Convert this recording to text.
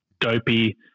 dopey